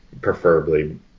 preferably